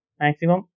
Maximum